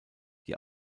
die